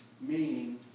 meaning